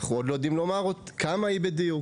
אנחנו עוד לא יודעים לומר כמה היא בדיוק,